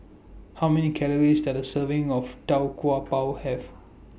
How Many Calories Does A Serving of Tau Kwa Pau Have